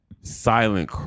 silent